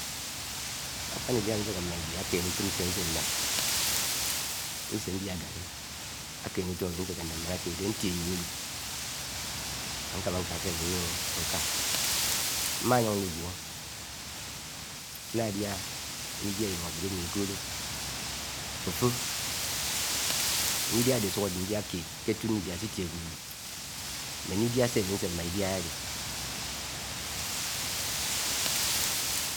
Ākp̱áṉ n̄ḍidi̱á āséké mm̱a ídía akéné ūto̱m se āsénạm, n̄sedi̱á ńkáli nkene ut́o̱m āmi, Aséke nnam m̱án ótóde a̱tie ȳeṇ uíúk̄ákámá nka̱ se āmi nẃo̱ nká mma̱ yó̱n liwho̱ nna dia ndidia llúng aji̱d ami ekọ́lọ́ fo̱fo̱, nidia a̱ḍe asuk ade ndidia kied ḱé ọtú n̄didia nsíti̱é asẉo̱ ulūd n̄didia̱ sé ami nse mma idia adede.